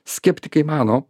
skeptikai mano